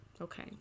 Okay